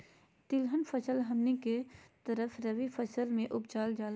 तिलहन फसल हमनी के तरफ रबी मौसम में उपजाल जाला